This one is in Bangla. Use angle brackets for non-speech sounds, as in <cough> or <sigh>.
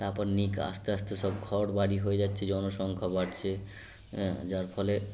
তারপর <unintelligible> আস্তে আস্তে সব ঘর বাড়ি হয়ে যাচ্ছে জনসংখ্যা বাড়ছে যার ফলে